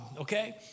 okay